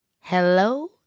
Hello